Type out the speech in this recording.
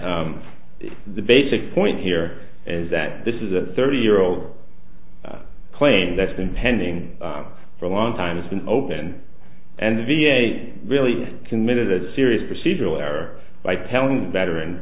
that the basic point here is that this is a thirty year old claim that's been pending for a long time it's been open and the v a really committed a serious procedural error by telling veteran